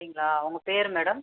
அப்படிங்களா உங்கள் பேர் மேடம்